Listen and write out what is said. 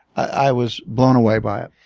i was blown away by it.